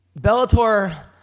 Bellator